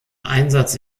einsatz